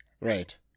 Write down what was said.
Right